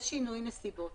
יש שינוי נסיבות,